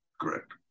Correct